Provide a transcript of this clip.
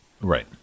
Right